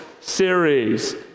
series